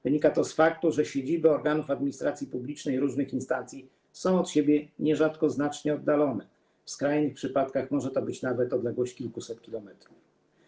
Wynika to z faktu, że siedziby organów administracji publicznej różnych instancji nierzadko są od siebie znacznie oddalone; w skrajnych przypadkach może to być nawet odległość kilkuset kilometrów.